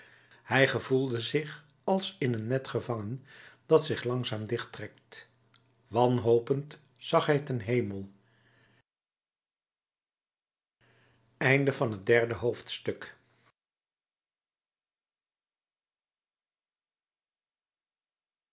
hij gevoelde zich als in een net gevangen dat zich langzaam dichttrekt wanhopend zag hij ten hemel